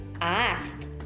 asked